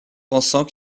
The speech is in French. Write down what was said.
pensant